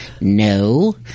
No